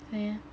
ah yeah